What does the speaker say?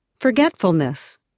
forgetfulness